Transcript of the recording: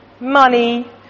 money